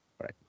right